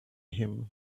him